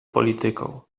polityką